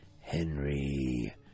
Henry